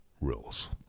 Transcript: Rules